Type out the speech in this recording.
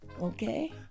Okay